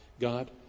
God